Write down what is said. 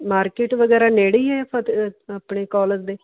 market ਵਗੈਰਾ ਨੇੜੇ ਹੀ ਹੈ ਆਪਣੇ ਕੋਲਜ ਦੇ